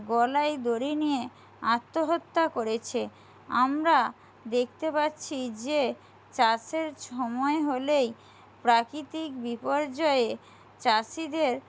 গলায় দড়ি নিয়ে আত্মহত্যা করেছে আমরা দেখতে পাচ্ছি যে চাষের সময় হলেই প্রাকৃতিক বিপর্যয়ে চাষিদের